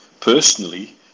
personally